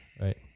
right